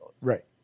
Right